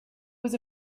was